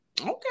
Okay